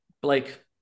blake